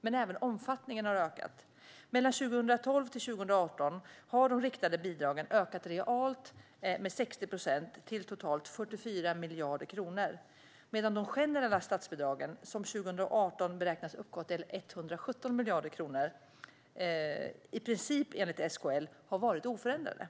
Men även omfattningen har ökat. Mellan 2012 och 2018 har de riktade bidragen ökat realt med 60 procent, till totalt 44 miljarder kronor. Samtidigt har de generella statsbidragen, som 2018 beräknas uppgå till 117 miljarder kronor, enligt SKL i princip varit oförändrade.